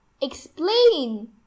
explain